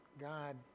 God